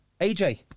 AJ